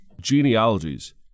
genealogies